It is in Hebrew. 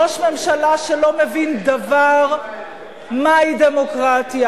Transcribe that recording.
ראש ממשלה שלא מבין דבר מהי דמוקרטיה,